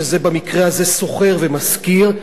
שהם במקרה הזה שוכר ומשכיר,